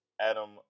Adam